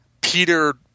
peter